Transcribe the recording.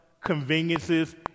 conveniences